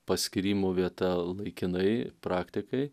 paskyrimo vieta laikinai praktikai